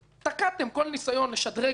תקעתם כל ניסיון לשדרג משהו בחטיבה,